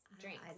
drinks